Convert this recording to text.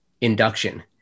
induction